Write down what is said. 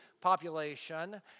population